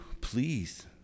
please